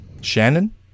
Shannon